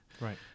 Right